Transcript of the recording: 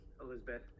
Elizabeth